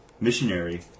Missionary